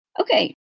Okay